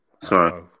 Sorry